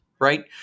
right